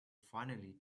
finally